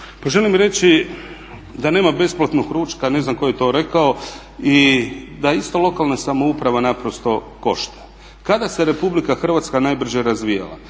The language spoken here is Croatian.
želim reći da nema besplatnog ručka, ne znam tko je to rekao i da isto lokalna samouprava naprosto košta. Kada se Republika Hrvatska najbrže razvijala?